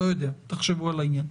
תחשבו על העניין.